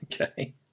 Okay